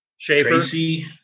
Tracy